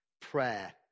prayer